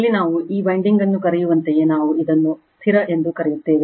ಇಲ್ಲಿ ನಾವು ಈ ವೈಂಡಿಂಗ್ ನ್ನು ಕರೆಯುವಂತೆಯೇ ನಾವು ಇದನ್ನು ಸ್ಥಿರ ಎಂದು ಕರೆಯುತ್ತೇವೆ